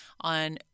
on